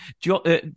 John